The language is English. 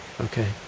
okay